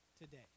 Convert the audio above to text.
today